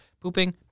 pooping